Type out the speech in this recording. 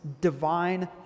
divine